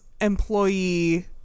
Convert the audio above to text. employee